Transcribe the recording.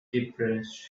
depressed